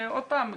עוד פעם,